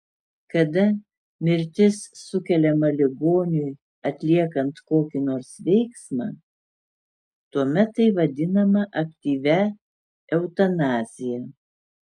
kada mirtis sukeliama ligoniui atliekant kokį nors veiksmą tuomet tai vadinama aktyvia eutanazija